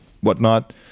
whatnot